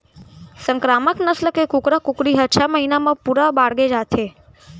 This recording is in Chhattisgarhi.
संकरामक नसल के कुकरा कुकरी ह छय महिना म पूरा बाड़गे जाथे